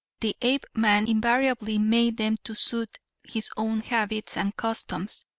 the apeman invariably made them to suit his own habits and customs.